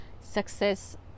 success